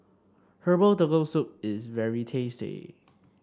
Herbal Turtle Soup is very tasty